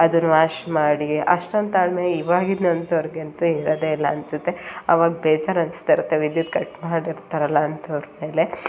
ಅದನ್ನು ವಾಶ್ ಮಾಡಿ ಅಷ್ಟೊಂದು ತಾಳ್ಮೆ ಇವಾಗಿನ ಅಂಥೋರ್ಗಂತೂ ಇರೋದೆ ಇಲ್ಲ ಅನಿಸುತ್ತೆ ಅವಾಗ ಬೇಜಾರು ಅನಿಸ್ತಾ ಇರುತ್ತೆ ವಿದ್ಯುತ್ ಕಟ್ ಮಾಡಿರ್ತಾರಲ್ಲ ಅಂಥವ್ರ ಮೇಲೆ